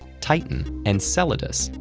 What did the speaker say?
titan, enceladus,